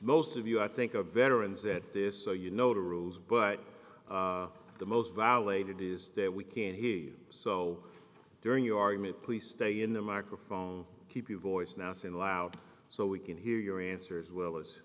most of you i think of veterans that this so you know the rules but the most violated is that we can't hear you so during your argument please stay in the microphone keep your voice now saying loud so we can hear your answer as well as